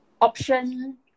option